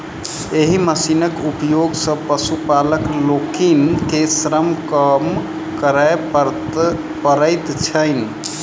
एहि मशीनक उपयोग सॅ पशुपालक लोकनि के श्रम कम करय पड़ैत छैन